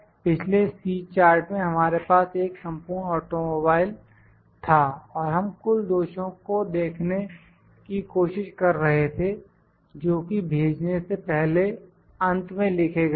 पिछले C chart में हमारे पास एक संपूर्ण ऑटोमोबाइल था और हम कुल दोषों को देखने की कोशिश कर रहे थे जो कि भेजने से पहले अंत में लिखे गए थे